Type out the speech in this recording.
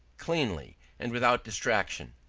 cleanly, and without distraction.